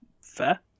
Fair